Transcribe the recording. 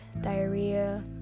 diarrhea